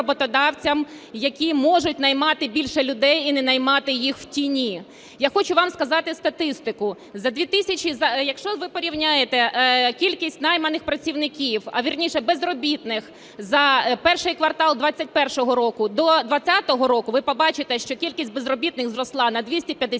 які можуть наймати більше людей і не наймати їх в тіні. Я хочу вам сказати статистику, якщо ви порівняєте кількість найманих працівників, а, вірніше, безробітних за І квартал 21-го року до 20-го року, ви побачите, що кількість безробітних зросла на 257 тисяч